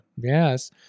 Yes